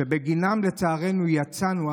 שבגינן לצערנו יצאנו,